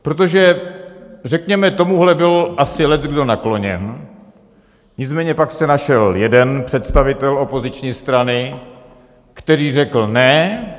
protože řekněme tomuhle byl asi leckdo nakloněn, nicméně pak se našel jeden představitel opoziční strany, který řekl ne!